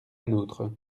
nôtre